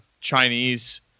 Chinese